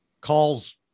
calls